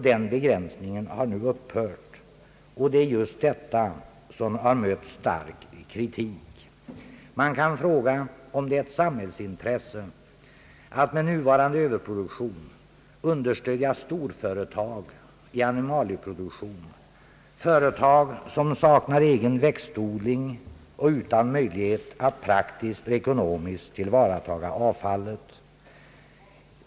Den begränsningen har upphört, och det är just detta som har mött stark kritik. Man kan fråga, om det är ett samhällsintresse att med nuvarande överproduktion understödja storföretag i animalieproduktion, företag som saknar egen växtodling och är utan möjlighet att praktiskt och ekonomiskt tillvarataga avfallet.